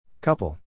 Couple